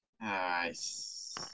Nice